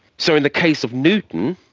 so in the case of newton,